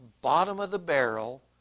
bottom-of-the-barrel